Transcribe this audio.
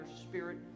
spirit